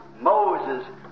Moses